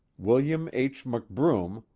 wm. h. mcbroom,